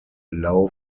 allow